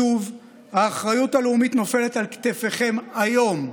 שוב האחריות הלאומית נופלת על כתפכם היום,